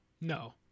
no